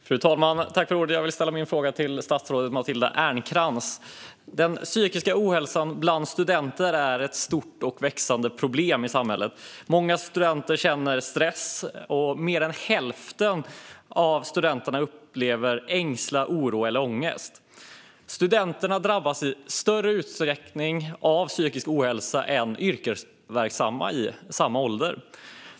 Fru talman! Jag vill ställa min fråga till statsrådet Matilda Ernkrans. Den psykiska ohälsan bland studenter är ett stort och växande problem i samhället. Många studenter känner stress, och mer än hälften av studenterna upplever ängslan, oro eller ångest. Studenter drabbas i större utsträckning av psykisk ohälsa än yrkesverksamma i samma ålder.